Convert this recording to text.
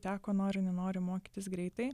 teko nori nenori mokytis greitai